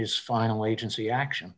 is final agency action